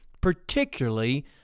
particularly